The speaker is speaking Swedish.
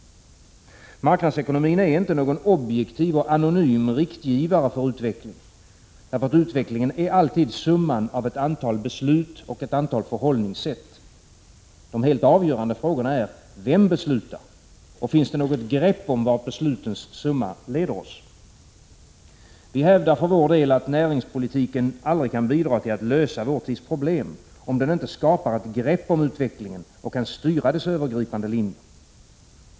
Marknadsekonomin är inte någon objektiv och anonym riktgivare för utvecklingen, för utvecklingen är alltid summan av ett antal beslut och ett antal förhållningssätt. De helt avgörande frågorna är: vem beslutar, och finns det något grepp om vart beslutens summa leder oss? Vi hävdar för vår del att näringspolitiken aldrig kan bidra till att lösa vår tids problem om den inte skapar ett grepp på utvecklingen och kan styra dess övergripande linje.